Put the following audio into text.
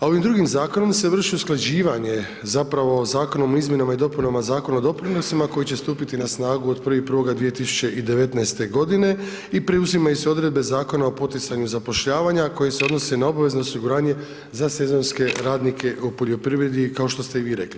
Ovim drugim zakonom se vrši usklađivanje zapravo zakona o izmjenama i dopunama Zakona o doprinosima koji će stupiti na snagu od 1.1.2019. g. i preuzimaju se odredbe Zakona o poticanju zapošljavanja koji se odnosi na obavezno osiguranje za sezonske radnike u poljoprivredi kao što ste i vi rekli.